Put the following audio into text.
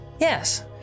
Yes